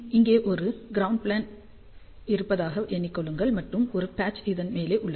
இங்கே ஒரு ground plane இருப்பதாக எண்ணி கொள்ளுங்கள் மற்றும் ஒரு பட்ச் அதன் மேலே உள்ளது